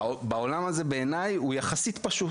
העולם הזה הוא יחסית פשוט.